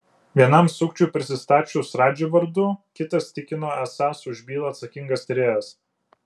vienam sukčiui prisistačius radži vardu kitas tikino esąs už bylą atsakingas tyrėjas